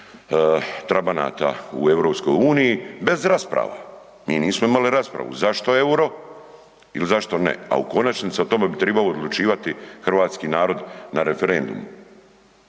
trabanata u EU, bez rasprava. Mi nismo imali raspravu zašto euro ili zašto ne, a u konačnici o tome bi trebao odlučivati hrvatski narod na referendumu,